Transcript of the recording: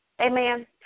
Amen